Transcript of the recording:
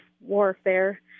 warfare